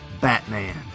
Batman